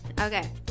Okay